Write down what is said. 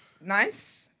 nice